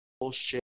bullshit